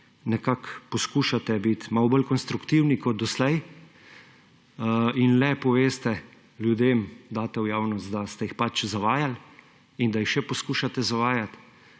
nekako poskušate biti malo bolj konstruktivni kot doslej, in le poveste ljudem, daste v javnost, da ste jih pač zavajali in da jih še poskušate zavajati